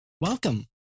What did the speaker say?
Welcome